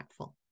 impactful